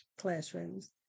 classrooms